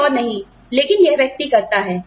कोई और नहीं लेकिन यह व्यक्ति करता है